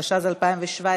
התשע"ז 2017,